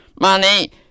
Money